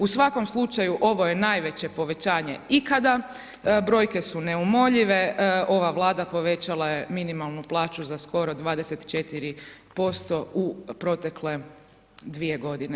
U svakom slučaju, ovo je najveće povećanje ikada, brojke su neumoljive, ova Vlada povećala je minimalnu plaću za skoro 24% u protekle dvije godine.